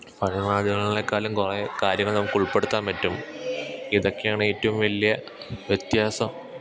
പഴയ മാധ്യമങ്ങളേക്കാളിലും കുറേ കാര്യങ്ങൾ നമുക്കുൾപ്പെടുത്താൻ പറ്റും ഇതെക്കെയാണ് ഏറ്റവും വലിയ വ്യത്യാസം